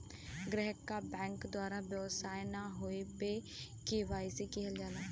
ग्राहक क बैंक द्वारा व्यवहार न होये पे के.वाई.सी किहल जाला